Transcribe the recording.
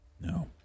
No